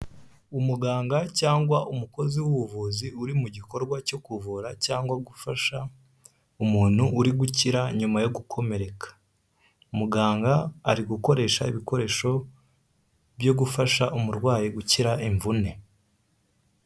Umuganga cyangwa umukozi w'ubuvuzi uri mu gikorwa cyo kuvura, cyangwa gufasha umuntu uri gukira nyuma yo gukomereka. Muganga ari gukoresha ibikoresho byo gufasha umurwayi gukira imvune.